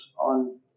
on